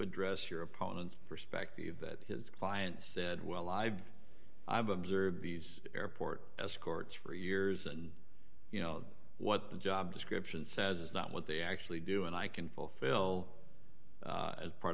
address your opponent perspective that his client said well i've i've observed these airport as courts for years and you know what the job description says it's not what they actually do and i can fulfill a part